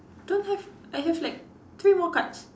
don't have I have like three more cards